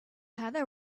heather